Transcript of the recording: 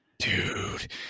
Dude